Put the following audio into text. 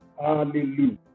Hallelujah